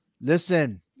listen